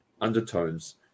undertones